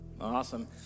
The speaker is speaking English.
Awesome